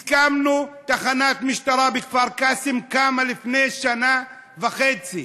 הסכמנו, ותחנת משטרה בכפר קאסם קמה לפני שנה וחצי.